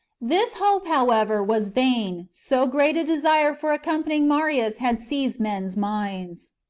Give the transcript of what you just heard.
this hope, however, was vain, so great a desire for accompanying marius had seized men's minds.